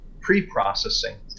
pre-processing